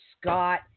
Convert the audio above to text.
Scott